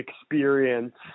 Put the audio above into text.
experience